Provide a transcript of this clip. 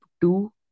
two